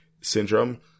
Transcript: syndrome